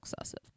excessive